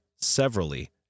severally